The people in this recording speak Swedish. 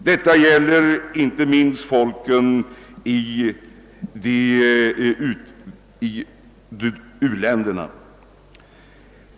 Detta gäller inte minst folken i u-länderna.